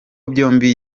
byombi